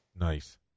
Nice